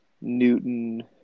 Newton